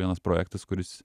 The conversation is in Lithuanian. vienas projektas kuris